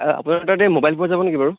এই আপোনালোকৰ তাতে এই মোবাইল পোৱা যাব নেকি বাৰু